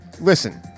listen